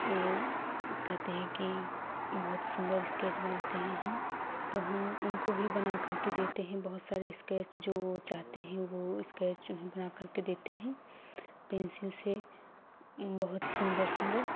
वो कहते हैं कि बहुत सुंदर स्केच बनाते हैं हम तो हम उनको ही बना करके देते हैं बहुत सारे स्केच जो वो चाहते हैं वो स्केच बना करके देते हैं पेंसिल से बहुत सुंदर सुंदर